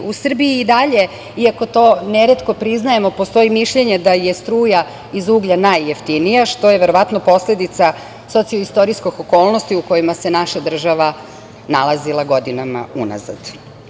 U Srbiji i dalje, iako to neretko priznajemo, postoji mišljenje da je struja iz uglja najjeftinija, što je verovatno posledica socio-istorijskih okolnosti u kojima se naša država nalazila godinama unazad.